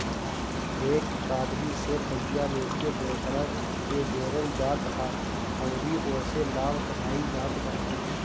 एक आदमी से पइया लेके दोसरा के देवल जात ह अउरी ओसे लाभ कमाइल जात बाटे